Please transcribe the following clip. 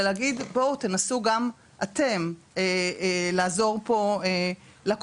ולהגיד בואו תנסו גם אתם לעזור פה לקופה.